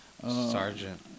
Sergeant